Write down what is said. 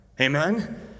Amen